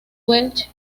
welch